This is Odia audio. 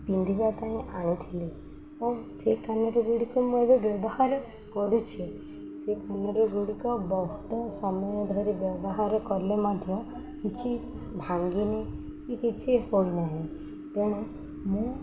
ପିନ୍ଧିବା ପାଇଁ ଆଣିଥିଲି ଓ ସେଇ କାନରଗୁଡ଼ିକ ମୁଁ ଏବେ ବ୍ୟବହାର କରୁଛି ସେ କାନରଗୁଡ଼ିକ ବହୁତ ସମୟ ଧରି ବ୍ୟବହାର କଲେ ମଧ୍ୟ କିଛି ଭାଙ୍ଗିନି କି କିଛି ହୋଇନାହିଁ ତେଣୁ ମୁଁ